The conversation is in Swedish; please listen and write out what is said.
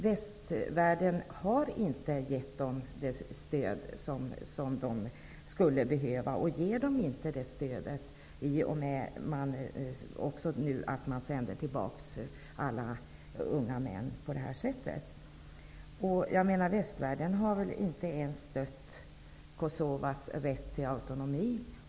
Västvärlden har inte gett LDK:s icke-våldslinje det stöd som man hade önskat. Alla unga män skickas ju nu tillbaka. Västvärlden har inte ens stött Kosovas rätt till autonomi.